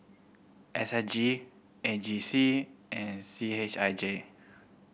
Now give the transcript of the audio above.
S S G A G C and C H I J